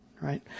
right